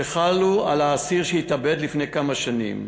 שחלו הן על האסיר שהתאבד לפני כמה שנים